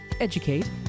educate